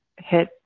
hit